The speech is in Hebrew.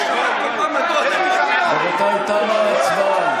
רבותיי, תמה ההצבעה.